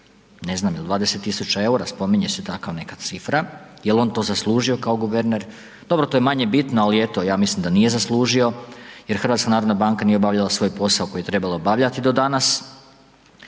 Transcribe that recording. ne znam jel 20.000 EUR-a, spominje se takva neka cifra, jel on to zaslužio kao guverner, dobro to je manje bitno, ali eto ja mislim da nije zaslužio jer HNB nije obavljala svoj posao koji je trebala obavljati do danas.